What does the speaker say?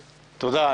תודה.